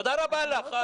תודה רבה לך.